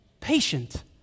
patient